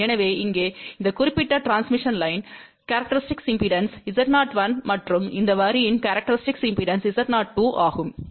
எனவே இங்கே இந்த குறிப்பிட்ட டிரான்ஸ்மிஷன் லைன்யின் கேரக்டரிஸ்டிக் இம்பெடன்ஸ் Z01 மற்றும் இந்த வரியின் கேரக்டரிஸ்டிக் இம்பெடன்ஸ் Z02 ஆகும்